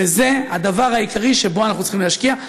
וזה הדבר העיקרי שבו אנחנו צריכים להשקיע.